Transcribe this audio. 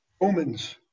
Romans